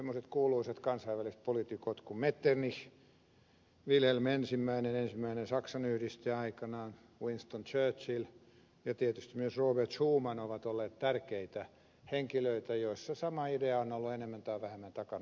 semmoiset kuuluisat kansainväliset poliitikot kuten metternich vilhelm i ensimmäinen saksan yhdistäjä aikanaan winston churchill ja tietysti myös robert schuman ovat olleet tärkeitä henkilöitä joilla on ollut sama idea enemmän tai vähemmän takana